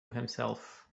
himself